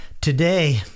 today